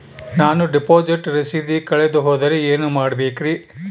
ನಾನು ಡಿಪಾಸಿಟ್ ರಸೇದಿ ಕಳೆದುಹೋದರೆ ಏನು ಮಾಡಬೇಕ್ರಿ?